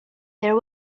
there